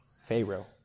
Pharaoh